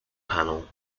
panel